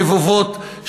נבובות,